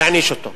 העניש אותו.